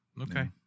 Okay